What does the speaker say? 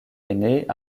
aînée